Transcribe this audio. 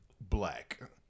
black